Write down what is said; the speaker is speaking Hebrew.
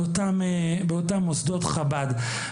באותם מוסדות חב"ד.